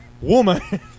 woman